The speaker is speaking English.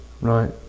right